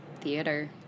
Theater